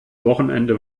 wochenende